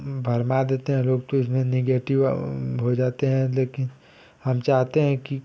भरमा देते हैं लोग तो उसमें निगेटिव हो जाते हैं लेकिन हम चाहते हैं कि